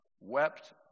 wept